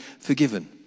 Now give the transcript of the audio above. forgiven